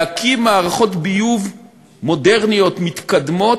להקים מערכות ביוב מודרניות מתקדמות,